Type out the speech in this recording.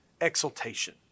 exultation